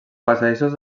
passadissos